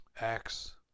Acts